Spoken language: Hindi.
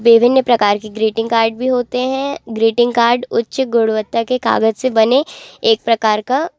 विभिन्न प्रकार की ग्रीटिंग कार्ड भी होते हैं ग्रीटिंग कार्ड उच्च गुणवत्ता के कागज़ से बने एक प्रकार का